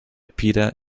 peter